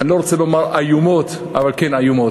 אני לא רוצה לומר איומות, אבל כן, איומות.